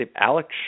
Alex